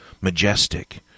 majestic